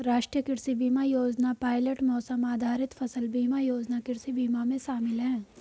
राष्ट्रीय कृषि बीमा योजना पायलट मौसम आधारित फसल बीमा योजना कृषि बीमा में शामिल है